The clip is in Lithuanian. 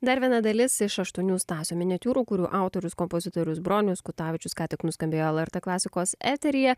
dar viena dalis iš aštuonių stasio miniatiūrų kurių autorius kompozitorius bronius kutavičius ką tik nuskambėjo lrt klasikos eteryje